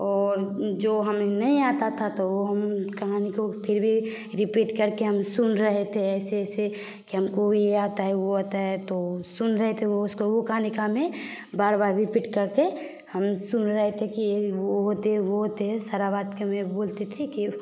और जो हमें नहीं आता था तो हम कहानी को फ़िर भी रिपीट करके हम सुन रहे थे ऐसे ऐसे कि हमको भी यह आता है वह आता है तो सुन रहे थे वह उसको वह कहानी का हमें बार बार रिपीट करके हम सुन रहे थे कि वह होते हैं वह होते हैं सारी बात को मैं बोलती थी कि